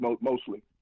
mostly